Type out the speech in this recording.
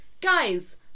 guys